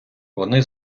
вони